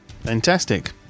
Fantastic